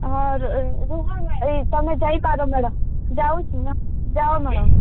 ହଁ ରୁହ ତୁମେ ଯାଇପାର ମ୍ୟାଡ଼ାମ୍ ଯାଉଛି ଯାଅ ମ୍ୟାଡ଼ାମ୍